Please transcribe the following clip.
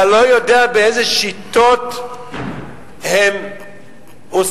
אתה לא יודע באיזה שיטות הם עושים